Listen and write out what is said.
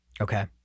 Okay